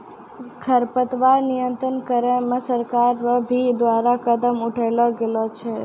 खरपतवार नियंत्रण करे मे सरकार रो भी द्वारा कदम उठैलो गेलो छै